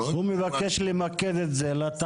לגבי הזמן להגשת היתר פליטה,